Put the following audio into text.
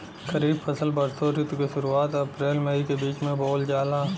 खरीफ फसल वषोॅ ऋतु के शुरुआत, अपृल मई के बीच में बोवल जाला